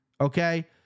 okay